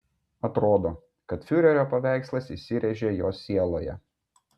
atrodo kad fiurerio paveikslas įsirėžė jo sieloje